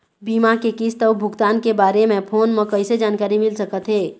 बीमा के किस्त अऊ भुगतान के बारे मे फोन म कइसे जानकारी मिल सकत हे?